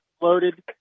loaded